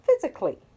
physically